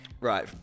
Right